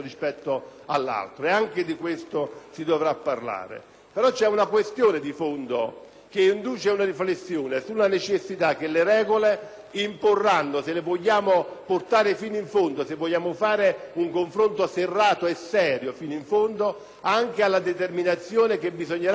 però una questione di fondo che induce una riflessione sulla necessità che le regole imporranno, se vogliamo portarle fino in fondo e se vogliamo fare un confronto serrato e serio, anche alla determinazione che bisognerà modificare la nostra Costituzione. Oggi,